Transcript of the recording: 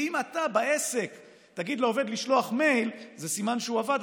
ואם אתה בעסק תגיד לעובד לשלוח מייל זה סימן שהוא עבד,